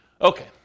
Okay